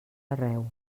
arreu